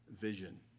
vision